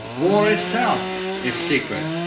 war itself is secret.